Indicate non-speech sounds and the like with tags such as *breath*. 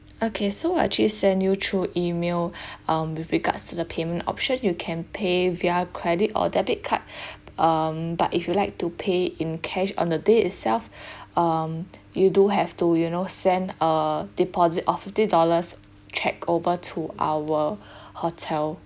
okay so I actually send you through email *breath* um with regards to the payment option you can pay via credit or debit card *breath* um but if you'd like to pay in cash on the day itself *breath* um you do have to you know send a deposit of fifty dollars cheque over to our hotel